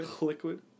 Liquid